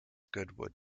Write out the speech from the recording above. goodwood